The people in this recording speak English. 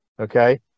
okay